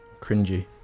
Cringy